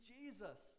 Jesus